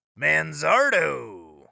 Manzardo